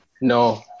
No